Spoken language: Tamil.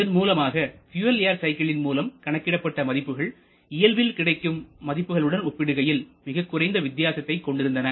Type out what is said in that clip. இதன் மூலமாக பியூயல் ஏர் சைக்கிளின் மூலம் கணக்கிடப்பட்ட மதிப்புகள் இயல்பில் கிடைக்கும் மதிப்புகள் உடன் ஒப்பிடுகையில் மிகக் குறைந்த வித்தியாசத்தை கொண்டிருந்தன